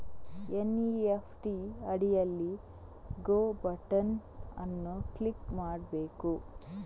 NEFT ಅಡಿಯಲ್ಲಿ go button ಅನ್ನು click ಮಾಡಬೇಕು